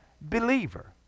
believer